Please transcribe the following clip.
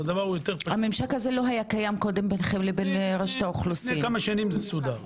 לפני כשש שנים זה סודר